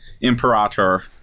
Imperator